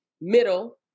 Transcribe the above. middle